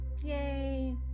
Yay